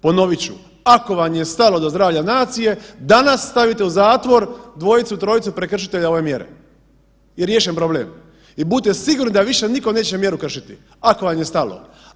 Ponovit ću, ako vam je stalo do zdravlja nacije danas stavite u zatvor 2-3 prekršitelja ove mjere i riješen problem i budite sigurni da više nitko neće mjeru kršiti, ako vam je stalo.